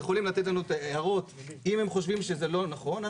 יכולה לתת לנו הערות אם הם חושבים שזה לא נכון,